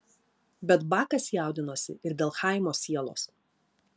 bet bakas jaudinosi ir dėl chaimo sielos